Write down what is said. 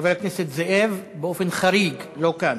חבר הכנסת זאב, באופן חריג, לא כאן,